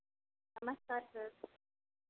नमस्कार सर